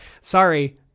sorry